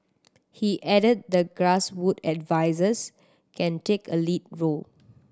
he added that grass wood advises can take a lead role